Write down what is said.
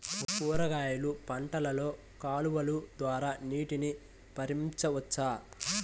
కూరగాయలు పంటలలో కాలువలు ద్వారా నీటిని పరించవచ్చా?